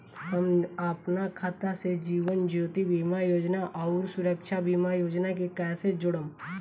हम अपना खाता से जीवन ज्योति बीमा योजना आउर सुरक्षा बीमा योजना के कैसे जोड़म?